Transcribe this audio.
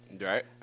Right